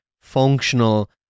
functional